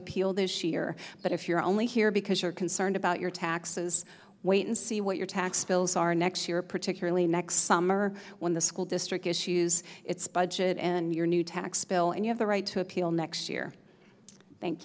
appeal this year but if you're only here because you're concerned about your taxes wait and see what your tax bills are next year particularly next summer when the school district issues its budget and your new tax bill and you have the right to appeal next year thank